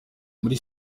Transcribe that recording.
muri